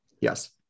Yes